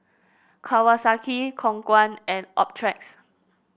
Kawasaki Khong Guan and Optrex